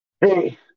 hey